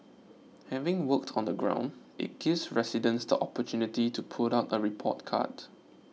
having worked on the ground it gives residents the opportunity to put out a report card